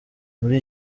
muri